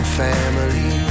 family